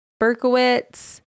Berkowitz